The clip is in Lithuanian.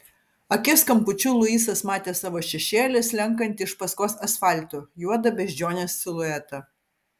akies kampučiu luisas matė savo šešėlį slenkantį iš paskos asfaltu juodą beždžionės siluetą